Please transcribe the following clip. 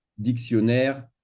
Dictionnaire